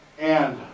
and,